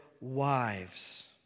wives